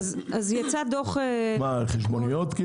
חשבוניות?